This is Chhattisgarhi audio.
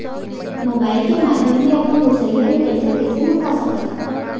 मोबाइल के माधयम ले अपन गोसैय्या ले पइसा कइसे मंगा सकथव?